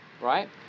Right